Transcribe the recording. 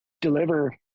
deliver